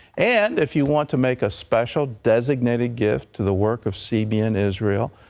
and, if you want to make a special designated gift to the work of cbn israel,